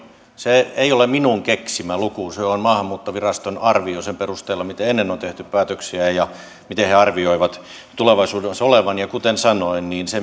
ei ole minun keksimäni luku se on maahanmuuttoviraston arvio sen perusteella miten ennen on tehty päätöksiä ja ja miten he arvioivat tulevaisuudessa olevan ja kuten sanoin niin